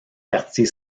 quartier